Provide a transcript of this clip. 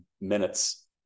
minutes